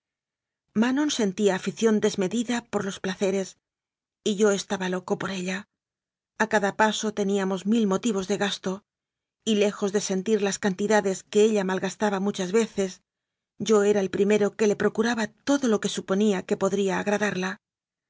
manon sentía afición desme dida por los placeres y yo estaba loco por ella a cada paso teníamos mil motivos de gasto y lejos de sentir las cantidades que ella malgastaba mu chas veces yo era el primero que le procuraba todo lo que suponía que podría agradarla